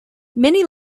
many